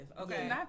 Okay